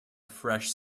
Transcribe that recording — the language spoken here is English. fresh